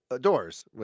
doors